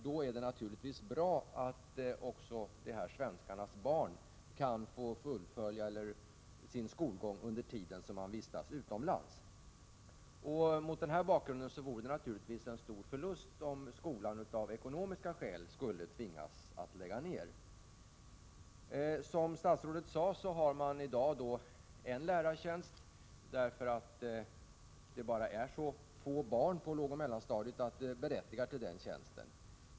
Då är det naturligtvis bra att dessa svenskars barn kan få fullfölja sin skolgång under den tid familjen vistas utomlands. Mot denna bakgrund vore det en stor förlust om man av ekonomiska skäl skulle tvingas lägga ned skolan. Som statsrådet sade har skolan för närvarande en lärartjänst. Antalet barn på lågmellanstadiet är så litet att det bara berättigar till en tjänst.